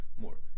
more